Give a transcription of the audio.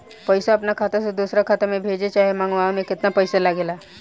पैसा अपना खाता से दोसरा खाता मे भेजे चाहे मंगवावे में केतना पैसा लागेला?